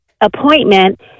appointment